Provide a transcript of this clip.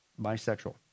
bisexual